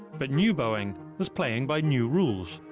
but new boeing was playing by new rules.